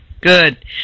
Good